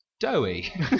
Doughy